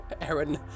Aaron